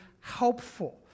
helpful